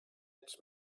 its